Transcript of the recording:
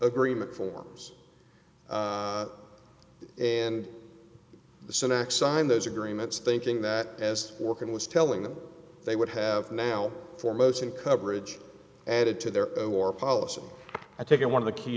agreement forms and the syntax signed those agreements thinking that as working was telling them they would have now for most and coverage added to their war policy i take it one of the key